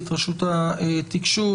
רשות התקשוב,